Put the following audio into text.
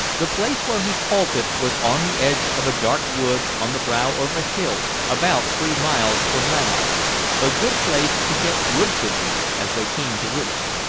the place where he halted was on the edge of a dark wood on the brow of a hill about three miles from rannoch a good place to get woodpigeon, as they came to roost.